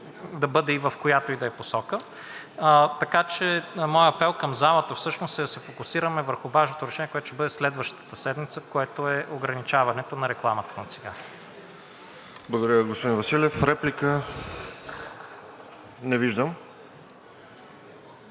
да бъде в която и да е посока. Моят апел към залата всъщност е да се фокусираме върху важното решение, което ще бъде следващата седмица, което е ограничаването на рекламата на цигари. ПРЕДСЕДАТЕЛ РОСЕН ЖЕЛЯЗКОВ: Благодаря Ви, господин Василев. Реплика? Не виждам.